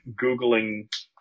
Googling